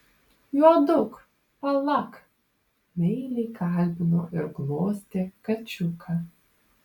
juoduk palak meiliai kalbino ir glostė kačiuką